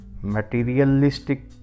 materialistic